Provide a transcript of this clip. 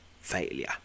Failure